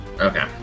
Okay